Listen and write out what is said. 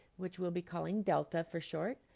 which will be called delta for short.